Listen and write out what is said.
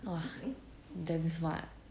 !wah! damm smart